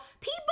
people